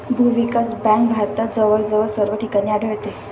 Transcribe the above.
भूविकास बँक भारतात जवळजवळ सर्व ठिकाणी आढळते